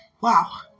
wow